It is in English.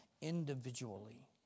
individually